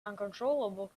uncontrollable